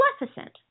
Maleficent